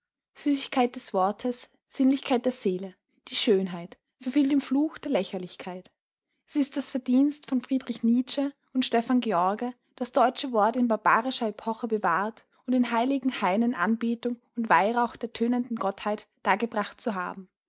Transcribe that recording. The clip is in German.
süßigkeit des wortes sinnlichkeit der seele die schönheit verfiel dem fluch der lächerlichkeit es ist das verdienst von friedrich nietzsche und stefan george das deutsche wort in barbarischer epoche bewahrt und in heiligen hainen anbetung und weihrauch der tönenden gottheit dargebracht zu haben